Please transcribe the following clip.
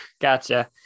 gotcha